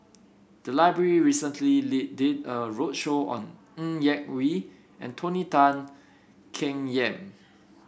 the library recently did a roadshow on Ng Yak Whee and Tony Tan Keng Yam